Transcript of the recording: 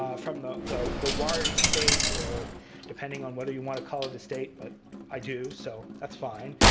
from the so the wari state or depending on whether you want to call it a state. but i do, so that's fine.